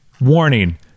warning